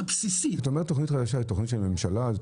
כשאתה אומר תוכנית חדשה, זו תוכנית של ממשלה?